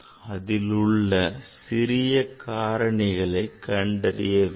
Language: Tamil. அதில் உள்ள சிறிய காரணிகளை கண்டறிய வேண்டும்